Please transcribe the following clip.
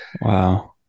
Wow